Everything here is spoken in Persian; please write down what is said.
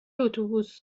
اتوبوس